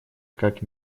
как